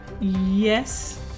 Yes